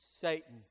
Satan